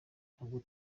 ntabwo